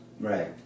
Right